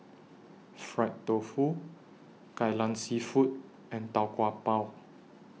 Fried Tofu Kai Lan Seafood and Tau Kwa Pau